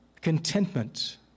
contentment